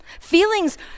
Feelings